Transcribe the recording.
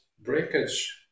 breakage